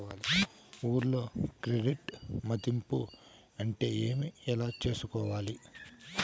ఊర్లలో క్రెడిట్ మధింపు అంటే ఏమి? ఎలా చేసుకోవాలి కోవాలి?